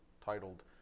titled